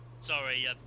Sorry